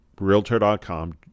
Realtor.com